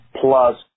plus